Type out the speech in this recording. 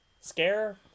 Scare